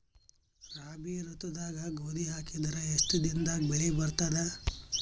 ರಾಬಿ ಋತುದಾಗ ಗೋಧಿ ಹಾಕಿದರ ಎಷ್ಟ ದಿನದಾಗ ಬೆಳಿ ಬರತದ?